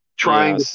trying